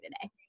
today